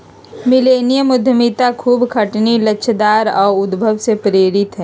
millennium उद्यमिता खूब खटनी, लचकदार आऽ उद्भावन से प्रेरित हइ